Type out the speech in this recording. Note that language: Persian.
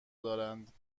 دارند